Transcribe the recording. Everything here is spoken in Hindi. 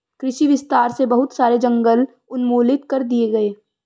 कृषि विस्तार से बहुत सारे जंगल उन्मूलित कर दिए गए